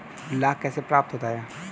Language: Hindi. लाख कैसे प्राप्त होता है?